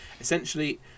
Essentially